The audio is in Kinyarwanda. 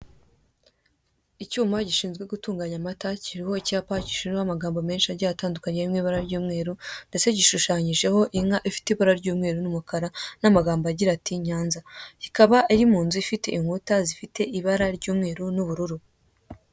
Icyuma gishinzwe gutunganya amata, kiriho icyapa kiriho amagambo menshi agiye atandukanye ari mu ibara ry'umweru, ndetse gishushanyijeho inka ifite ibara ry'umweru n'umukara, n'amagambo agira ati Nyanza. Ikaba ari mu nzu ifite inkuta zifite ibara ry'umweru n'ubururu.